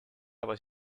was